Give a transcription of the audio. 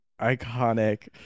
Iconic